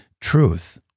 truth